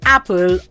Apple